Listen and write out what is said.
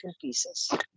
pieces